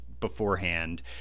beforehand